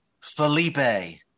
Felipe